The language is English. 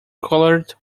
colored